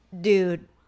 dude